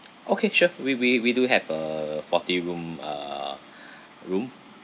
okay sure we we we do have a forty room ah room